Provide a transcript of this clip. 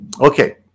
Okay